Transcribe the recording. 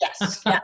Yes